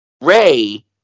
ray